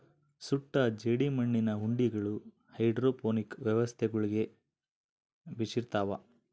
ಸುಟ್ಟ ಜೇಡಿಮಣ್ಣಿನ ಉಂಡಿಗಳು ಹೈಡ್ರೋಪೋನಿಕ್ ವ್ಯವಸ್ಥೆಗುಳ್ಗೆ ಬೆಶಿರ್ತವ